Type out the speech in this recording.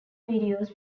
videos